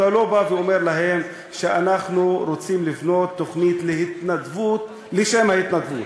אתה לא בא ואומר להם: אנחנו רוצים לבנות תוכנית להתנדבות לשם ההתנדבות,